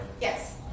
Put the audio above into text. Yes